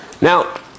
Now